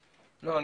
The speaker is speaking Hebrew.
לא,